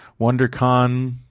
WonderCon